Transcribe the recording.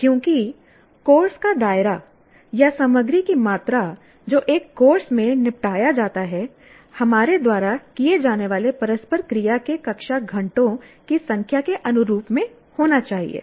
क्योंकि कोर्स का दायरा या सामग्री की मात्रा जो एक कोर्स में निपटाया जाता है हमारे द्वारा किए जाने वाले परस्पर क्रिया के कक्षा घंटे की संख्या के अनुरूप होना चाहिए